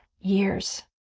years